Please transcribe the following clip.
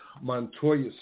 Montoya